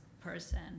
person